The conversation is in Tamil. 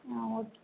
ஆ ஓகே